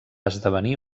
esdevenir